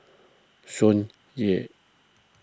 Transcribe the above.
Tsung Yeh